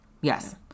Yes